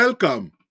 Welcome